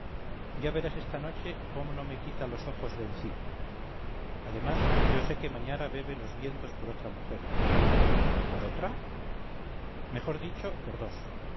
ya verás esta noche cómo no me quita los ojos de encima además yo sé que mañara bebe los vientos por otra mujer por otra mejor dicho por dos